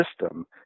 system